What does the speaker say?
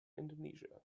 indonesia